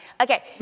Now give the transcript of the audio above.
Okay